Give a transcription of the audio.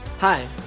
Hi